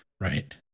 right